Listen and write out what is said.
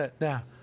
now